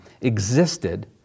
existed